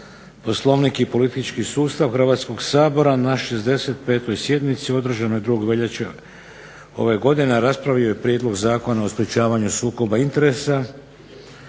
Poslovnik i politički sustav Hrvatskog sabora na 65. sjednici održanoj 2. veljače ove godine raspravio je Prijedlog zakona o sprječavanju sukoba interesa.